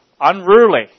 unruly